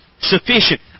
sufficient